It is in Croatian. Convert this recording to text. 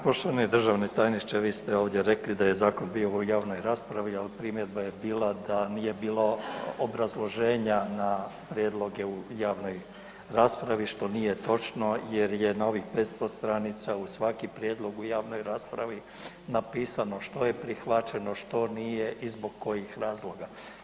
Poštovani državni tajniče, vi ste ovdje rekli da je zakon bio u javnoj raspravi, a od primjedba je bila da nije bilo obrazloženja na prijedloge u javnoj raspravi, što nije točno jer je na ovih 500 stranica uz svaki prijedlog u javnoj raspravi napisano što je prihvaćeno, što nije i zbog kojih razloga.